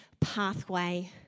pathway